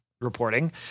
reporting